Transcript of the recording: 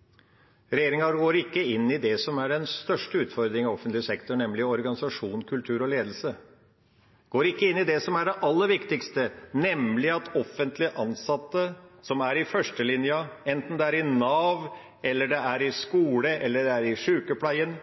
regjeringa snakker om effektiviseringstiltak, så er det strukturendringer. Regjeringa går ikke inn i det som er den største utfordringen i offentlig sektor, nemlig organisasjonskultur og ledelse. De går ikke inn i det som er det aller viktigste, nemlig at offentlig ansatte i førstelinja, enten det er i Nav, i skolen eller i sjukepleien,